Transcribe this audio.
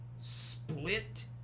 split